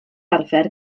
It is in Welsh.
arfer